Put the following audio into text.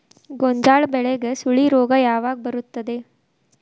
ಗೋಂಜಾಳ ಬೆಳೆಗೆ ಸುಳಿ ರೋಗ ಯಾವಾಗ ಬರುತ್ತದೆ?